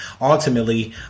ultimately